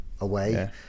Away